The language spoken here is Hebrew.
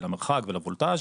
ולמרחק ולוולטאז',